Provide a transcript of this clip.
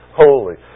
holy